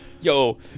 Yo